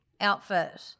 outfit